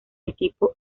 equipo